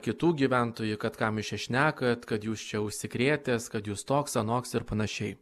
kitų gyventojų kad kam jūs čia šnekat kad jūs čia užsikrėtęs kad jūs toks anoks ir panašiai